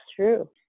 true